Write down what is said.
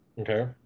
Okay